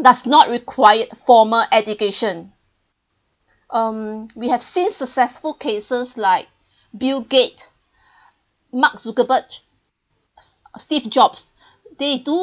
does not require formal education um we have seen successful cases like bill gate mark zuckerberg s~ s~ steve jobs they do